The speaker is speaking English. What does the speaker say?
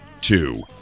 Two